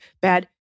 bad